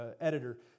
editor